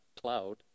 cloud